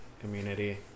community